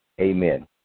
Amen